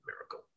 miracle